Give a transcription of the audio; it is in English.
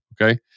Okay